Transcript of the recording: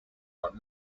but